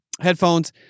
headphones